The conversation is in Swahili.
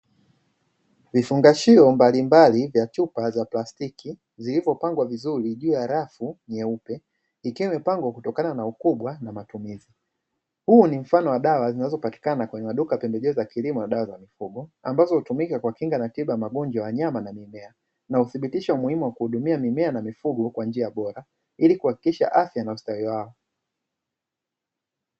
vifungashio mbalimbali vya chupa za plastiki zilivyo pangwa vizuri juu ya rafu nyeupe ikiwa imepangwa kutokana na ukubwa na matumizi, huu ni mfano wa dawa zinazopatikana kwenye maduka ya pembejeo za kilimo na dawa za mifugo; ambazo hutumika kuwakinga na tiba ya magonjwa ya wanyama na mimea na huthibitisha umuhimu wa kuhudumia mimea na mifugo kwa njia bora, ili kuhakikisha afya na ustawi wao.